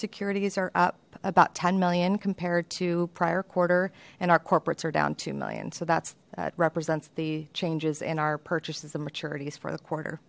securities are up about ten million compared to prior quarter and our corporates are down two million so that's that represents the changes in our purchases of maturities for the quarter